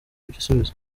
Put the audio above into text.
igisubizo